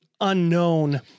unknown